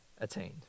attained